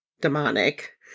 demonic